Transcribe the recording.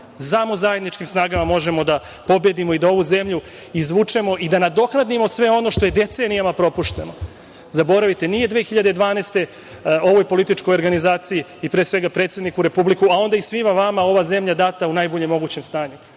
Samo zajedničkim snagama možemo da pobedimo i da ovu zemlju izvučemo i da nadoknadimo sve ono što je decenijama propušteno. Zaboravite, nije 2012. godine ovoj političkoj organizaciji i, pre svega, predsedniku Republike, a onda i svima vama, ova zemlja data u najboljem mogućem stanju.